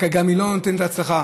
היא גם לא נותנת הצלחה.